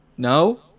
no